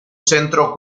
centro